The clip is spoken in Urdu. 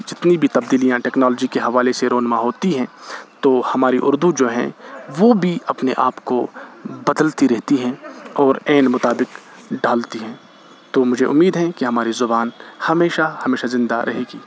جتنی بھی تبدیلیاں ٹیکنالوجی کے حوالے سے رونما ہوتی ہیں تو ہماری اردو جو ہیں وہ بھی اپنے آپ کو بدلتی رہتی ہیں اور عین مطابق ڈالتی ہیں تو مجھے امید ہیں کہ ہماری زبان ہمیشہ ہمیشہ زندہ رہے گی